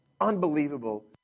unbelievable